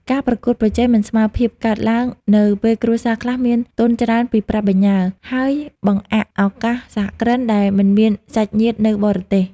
ការប្រកួតប្រជែងមិនស្មើភាពកើតឡើង នៅពេលគ្រួសារខ្លះមានទុនច្រើនពីប្រាក់បញ្ញើ ហើយបង្អាក់ឱកាសសហគ្រិនដែលមិនមានសាច់ញាតិនៅបរទេស។